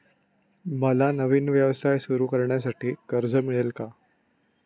मला नवीन व्यवसाय सुरू करण्यासाठी कर्ज मिळेल का?